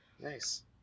Nice